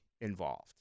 involved